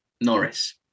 Norris